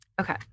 Okay